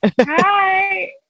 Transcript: Hi